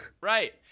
Right